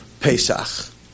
Pesach